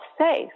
safe